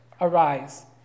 arise